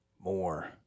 more